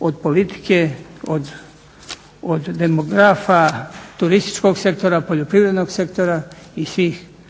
od politike, od demografa, turističkog sektora, poljoprivrednog sektora i svih